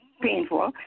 painful